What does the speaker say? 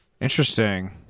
Interesting